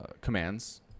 commands